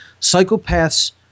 Psychopaths